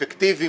אפקטיבי,